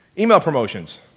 email promotions.